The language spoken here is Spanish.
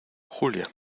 julia